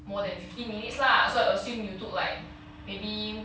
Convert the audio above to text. more than fifty minutes lah so I assume you took like maybe